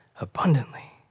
abundantly